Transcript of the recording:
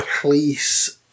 police